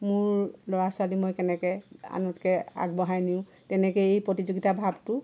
মোৰ ল'ৰা ছোৱালী মই কেনেকে আনতকে আগবঢ়াই নিওঁ তেনেকে এই প্ৰতিযোগীতাৰ ভাৱটো